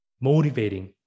motivating